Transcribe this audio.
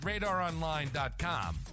RadarOnline.com